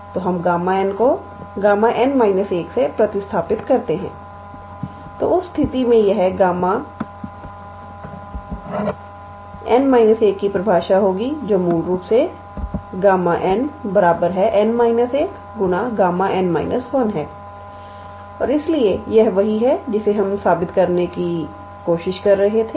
तो हम Γ 𝑛 को Γ𝑛 − 1 से प्रतिस्थापित करते हैं तो उस स्थिति में यह Γ𝑛 − 1 की परिभाषा होगी जो मूल रूप से Γ 𝑛 𝑛 1 Γ है और इसलिए यह वही है जिसे हमें साबित करने की कोशिश कर रहे थे